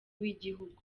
w’igihugu